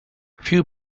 few